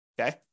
okay